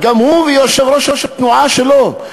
הוא ויושב-ראש התנועה שלו,